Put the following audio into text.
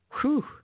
Whew